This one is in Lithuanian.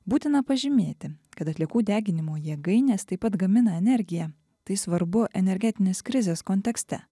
būtina pažymėti kad atliekų deginimo jėgainės taip pat gamina energiją tai svarbu energetinės krizės kontekste